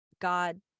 god